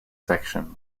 section